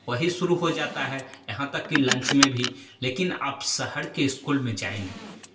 वही शुरू हो जाता है यहाँ तक कि लंच में भी लेकिन आप शहर के स्कूल में जाएँगे